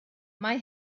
mae